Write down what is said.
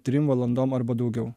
trim valandom arba daugiau